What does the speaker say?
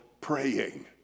praying